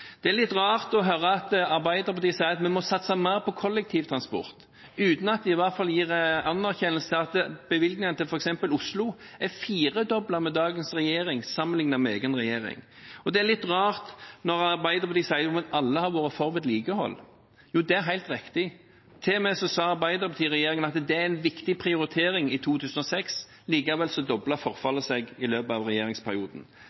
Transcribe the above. Det er litt rart å høre at Arbeiderpartiet sier at vi må satse mer på kollektivtransport, uten at de i hvert fall anerkjenner at bevilgningene til f.eks. Oslo er firedoblet med dagens regjering sammenliknet med egen regjering. Det er litt rart når Arbeiderpartiet sier at alle har vært for vedlikehold. Det er helt riktig. Arbeiderpartiet sa til og med i regjering at det var en viktig prioritering – i 2006. Likevel doblet forfallet seg i løpet av regjeringsperioden.